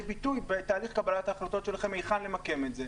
ביטוי בתהליך קבלת ההחלטות שלכם היכן למקם את השדה?